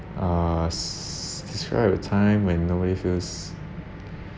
err s~ describe a time when nobody feels